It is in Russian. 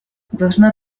должна